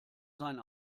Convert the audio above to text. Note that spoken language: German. sein